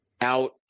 out